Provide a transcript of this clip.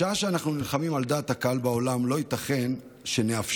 בשעה שאנחנו נלחמים על דעת הקהל בעולם לא ייתכן שנאפשר